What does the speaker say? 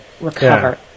recover